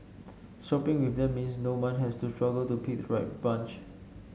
shopping with them means no one has to struggle to pick right bunch